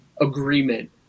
agreement